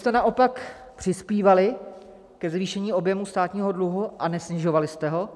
Takže jste naopak přispívali ke zvýšení objemu státního dluhu a nesnižovali jste ho?